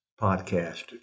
podcast